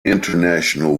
international